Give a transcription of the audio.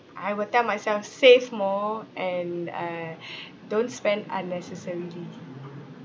I will tell myself save more and uh don't spend unnecessarily